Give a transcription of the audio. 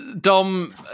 Dom